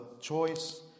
choice